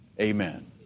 Amen